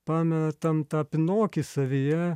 pametam tą pinokį savyje